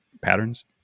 patterns